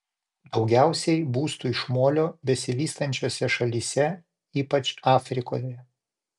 daugiausiai būstų iš molio besivystančiose šalyse ypač afrikoje